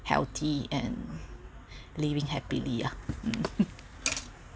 healthy and living happily ah